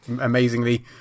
amazingly